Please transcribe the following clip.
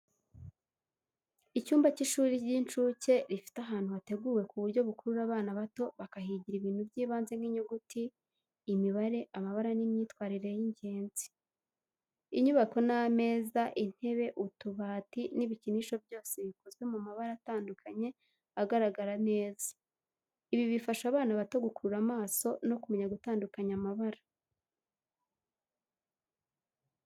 Icyumba cy’ishuri ry'inshuke rifite ahantu hateguwe ku buryo bukurura abana bato bakahigira ibintu by'ibanze nk’inyuguti, imibare, amabara n’imyitwarire y’ingenzi. Inyubako n’ameza, intebe, utubati n’ibikinisho byose bikozwe mu mabara atandukanye agaragara neza. Ibi bifasha abana bato gukurura amaso no kumenya gutandukanya amabara.